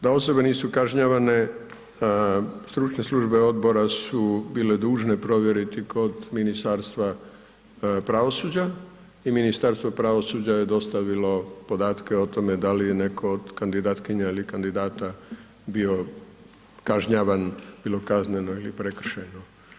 Da osobe nisu kažnjavanje, stručne službe odbora su bile dužne provjeriti kod Ministarstva pravosuđa i Ministarstvo pravosuđa je dostavilo podatke o tome da li je netko od kandidatkinja ili kandidata bio kažnjavan bilo kazneno ili prekršajno.